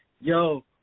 yo